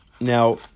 now